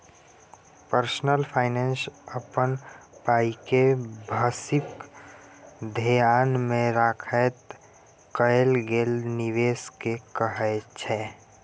personal finance अपन पाइके भबिस धेआन मे राखैत कएल गेल निबेश केँ कहय छै